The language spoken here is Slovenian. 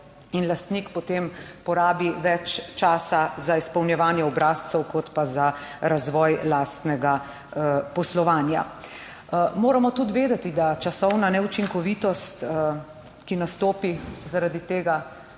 in lastnik potem porabi več časa za izpolnjevanje obrazcev kot pa za razvoj lastnega poslovanja. Moramo tudi vedeti, da časovna neučinkovitost, ki nastopi zaradi tega,